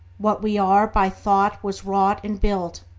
what we are by thought was wrought and built.